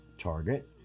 target